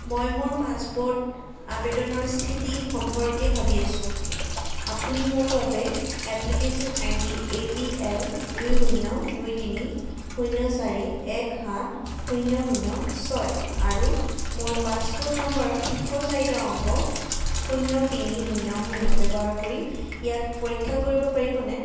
মই মোৰ পাছপ'ৰ্ট আবেদনৰ স্থিতি সম্পৰ্কে ভাবি আছোঁ আপুনি মোৰ বাবে application ID A P L দুই শূণ্য দুই তিনি শূণ্য চাৰি এক সাত শূণ্য শূণ্য ছয় আৰু মোৰ পাছপ'ৰ্ট নাম্বাৰৰ শেষৰ চাৰিটা অংক শূণ্য তিনি শূণ্য শূণ্য ব্যৱহাৰ কৰি ইয়াক পৰীক্ষা কৰিব পাৰিবনে